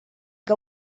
que